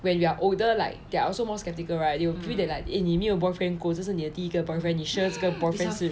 when you're older like they are also more skeptical right you will feel that like eh 你没有 boyfriend 过这个是你的第一个 boyfriend 你 sure 这个 boyfriend